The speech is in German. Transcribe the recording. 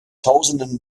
tausenden